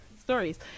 stories